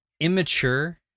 Immature